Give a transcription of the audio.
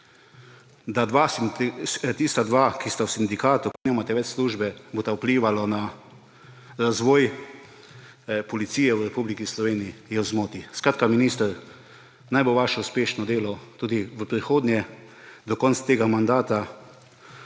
da tista dva, ki sta v sindikatu, ki nimata več službe, bosta vplivala na razvoj policije v Republiki Sloveniji, je v zmoti. Minister, naj bo vaše uspešno delo tudi v prihodnje, do konca tega mandata;